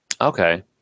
Okay